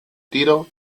tiro